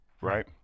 right